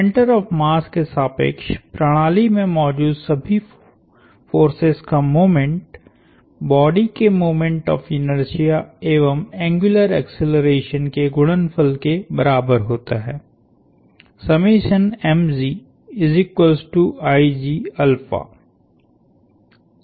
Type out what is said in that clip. centre of mass के सापेक्ष प्रणाली में मौजूद सभी फोर्सेस का मोमेंट बॉडी के मोमेंट ऑफ़ इनर्शिया एवं एंग्युलर एक्सेलरेशन के गुणनफल के बराबर होता हैं